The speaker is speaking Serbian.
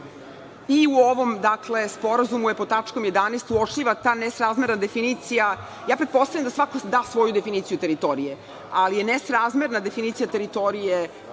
I u ovom sporazuma je pod tačkom 11. uočljiva ta nesrazmerna definicija, pretpostavljam da svako da svoju definiciju teritorije, ali je nesrazmerna definicija teritorije